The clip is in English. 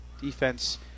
Defense